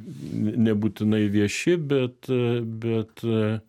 nebūtinai vieši bet bet